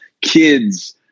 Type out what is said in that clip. kids